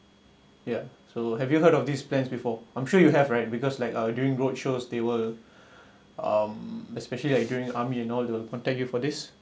yeah so have you heard of this plan before I'm sure you have right because like uh during roadshows they will um especially like during army and all they will contact you for this